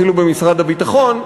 אפילו במשרד הביטחון,